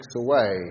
away